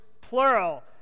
plural